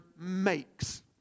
makes